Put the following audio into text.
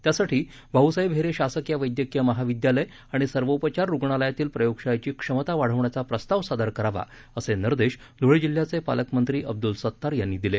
त्यासाठी भाऊसाहेब हिरे शासकीय वैदयकीय महाविदयालय आणि सर्वोपचार रुग्णालयातील प्रयोगशाळेची क्षमता वाढवण्याचा प्रस्ताव सादर करावा असे निर्देश ध्ळे जिल्ह्याचे पालकमंत्री अब्द्रल सतार यांनी दिले